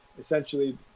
essentially